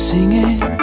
Singing